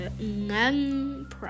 none